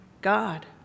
God